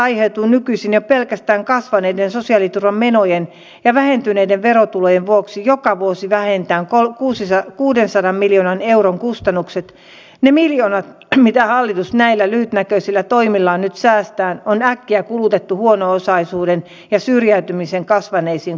miksi te sosialidemokraatit olette niin innokkaasti olleet leikkaamassa kuntien valtionosuuksia kun täällä on tullut monessa puheenvuorossa esille se nyt ei tietenkään saa sanoa näin mutta tämähän on tosiasia että niitä palveluitahan kunnat nimenomaan järjestävät myös ikäihmisille